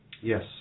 Yes